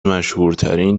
مشهورترین